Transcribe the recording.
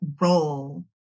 role